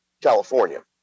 california